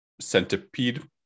centipede